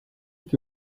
que